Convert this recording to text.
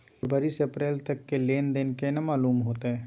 फरवरी से अप्रैल तक के लेन देन केना मालूम होते?